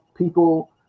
People